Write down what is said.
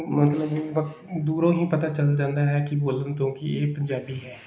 ਮਤਲਬ ਵਕ ਦੂਰੋਂ ਹੀ ਪਤਾ ਚੱਲ ਜਾਂਦਾ ਹੈ ਕਿ ਬੋਲਣ ਤੋਂ ਕਿ ਇਹ ਪੰਜਾਬੀ ਹੈ